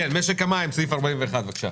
משק המים, סעיף 41. בבקשה.